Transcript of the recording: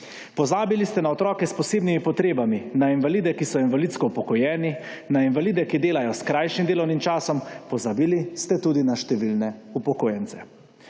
Pozabili ste na otroke s posebnimi potrebami, na invalide, ki so invalidsko upokojeni, na invalide, ki delajo s skrajšanim delovnim časom. Pozabili ste tudi na številne upokojence.